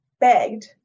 begged